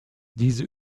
diese